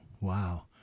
Wow